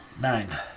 Nine